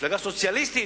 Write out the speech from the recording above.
מפלגה סוציאליסטית,